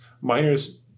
Miners